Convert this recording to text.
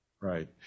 Right